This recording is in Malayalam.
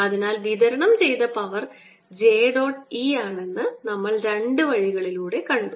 അതിനാൽ വിതരണം ചെയ്ത പവർ j dot E ആണെന്ന് നമ്മൾ രണ്ട് വഴികളിലൂടെ കണ്ടു